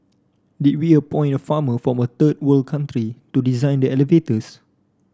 did we appoint a farmer from a third world country to design the elevators